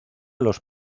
los